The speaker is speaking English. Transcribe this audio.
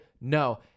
no